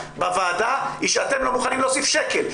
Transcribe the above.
בוועדה היא שאתם לא מוכנים להוסיף שקל,